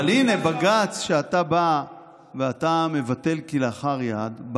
אבל הינה, בג"ץ, שאתה בא ומבטל כלאחר יד,